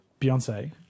Beyonce